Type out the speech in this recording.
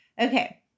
okay